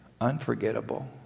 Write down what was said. unforgettable